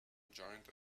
giant